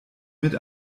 mit